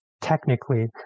technically